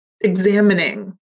examining